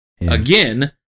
again